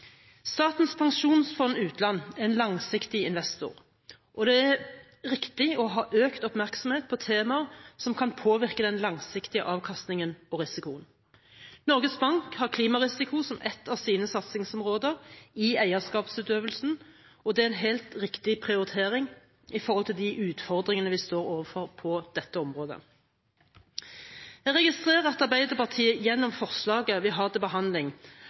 Statens pensjonsfond utland er en langsiktig investor, og det er riktig å ha økt oppmerksomhet på temaer som kan påvirke den langsiktige avkastningen og risikoen. Norges Bank har klimarisiko som ett av sine satsingsområder i eierskapsutøvelsen, og det er en helt riktig prioritering med tanke på de utfordringene vi står overfor på dette området. Jeg registrerer at Arbeiderpartiet gjennom forslaget vi har til behandling,